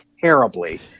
terribly